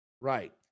Right